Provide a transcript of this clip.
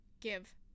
give